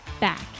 back